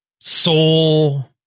soul